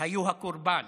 היו הקורבן.